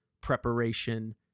preparation